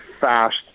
fast